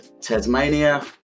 Tasmania